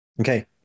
Okay